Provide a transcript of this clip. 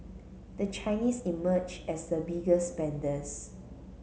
the Chinese emerged as the biggest spenders